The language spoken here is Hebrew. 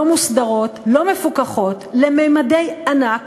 לא מוסדרות, לא מפוקחות, לממדי ענק.